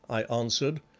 i answered.